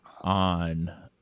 on